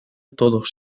todos